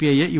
ഐയെ യു